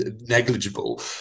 negligible